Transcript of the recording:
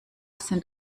sind